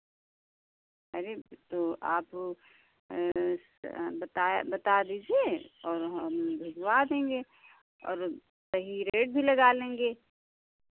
अरे तो आप बताए बता दीजिए और हम भिजवा देंगे और सही रेट भी लगा लेंगे